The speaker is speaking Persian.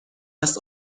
است